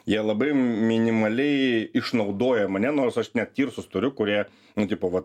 jie labai minimaliai išnaudoja mane nors aš net tirsus turiu kurie nu tipo vat